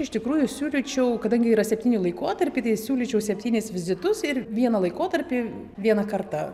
iš tikrųjų siūlyčiau kadangi yra septyni laikotarpiai tai siūlyčiau septynis vizitus ir vieną laikotarpį vieną kartą